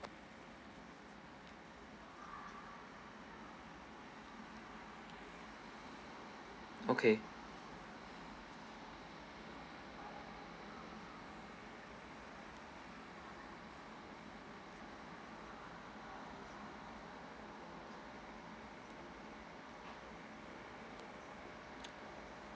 okay